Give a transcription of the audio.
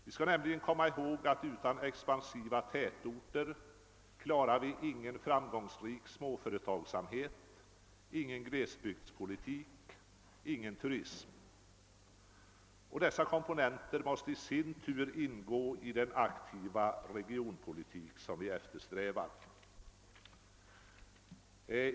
Vi skall nämligen komma ihåg att utan expansiva tätorter klarar vi ingen framgångsrik småföretagsamhet, glesbygdspolitik eller turism, och dessa komponenter måste i sin tur ingå i den aktiva regionpolitik som vi eftersträvar.